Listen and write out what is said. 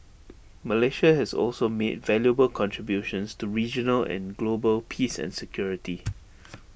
Malaysia has also made valuable contributions to regional and global peace and security